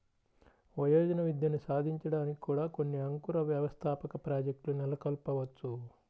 వయోజన విద్యని సాధించడానికి కూడా కొన్ని అంకుర వ్యవస్థాపక ప్రాజెక్ట్లు నెలకొల్పవచ్చు